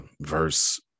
verse